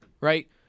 right